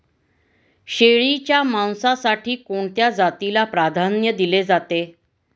शेळीच्या मांसासाठी कोणत्या जातीला प्राधान्य दिले जाते?